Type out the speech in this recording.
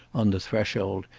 on the threshold,